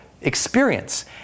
experience